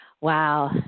Wow